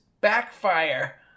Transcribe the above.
Backfire